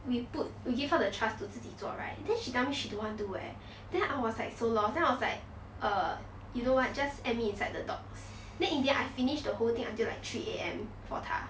we put we give her the trust to 自己做 right then she tell me she don't want do eh then I was like so lost then I was like err you know what just add me inside the docs then in the end I finished the whole thing until like three A_M for 她